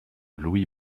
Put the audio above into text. louis